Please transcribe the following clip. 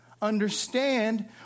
understand